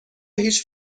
هیچ